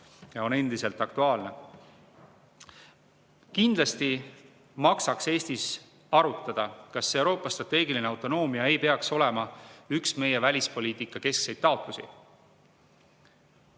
on endiselt aktuaalne. Kindlasti maksaks Eestis arutada, kas Euroopa strateegiline autonoomia ei peaks olema üks meie välispoliitika keskseid taotlusi.